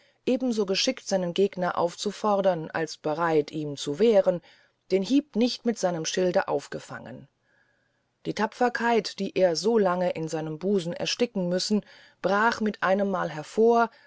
so geschickt seinen gegner aufzufordern als bereit ihm zu wehren den hieb nicht mit seinem schilde aufgefangen die tapferkeit die er so lange in seinem busen ersticken müssen brach mit einemmale hervor